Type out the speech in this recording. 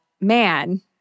man